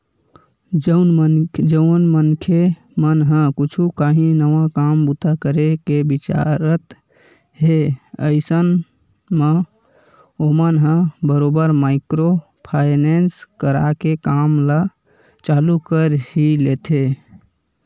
जउन मनखे मन ह कुछ काही नवा काम बूता करे के बिचारत हे अइसन म ओमन ह बरोबर माइक्रो फायनेंस करा के काम ल चालू कर ही लेथे